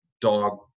dog